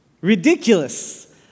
Ridiculous